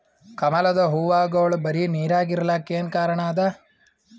ಕಮಲದ ಹೂವಾಗೋಳ ಬರೀ ನೀರಾಗ ಇರಲಾಕ ಏನ ಕಾರಣ ಅದಾ?